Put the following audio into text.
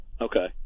Okay